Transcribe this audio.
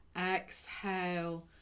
Exhale